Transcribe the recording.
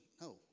No